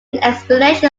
explanation